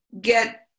get